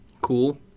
Cool